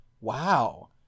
Wow